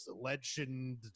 legend